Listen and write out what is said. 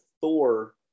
thor